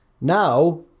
Now